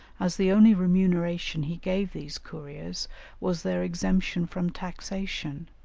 as the only remuneration he gave these couriers was their exemption from taxation,